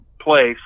place